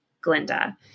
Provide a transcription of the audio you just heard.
Glinda